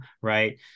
Right